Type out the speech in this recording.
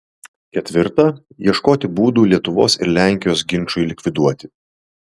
ketvirta ieškoti būdų lietuvos ir lenkijos ginčui likviduoti